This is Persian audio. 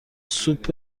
سوپ